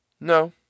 No